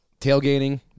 tailgating